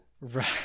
Right